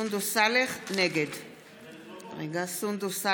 נגד מאי גולן, בעד איתן